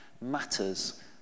matters